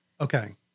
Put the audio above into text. okay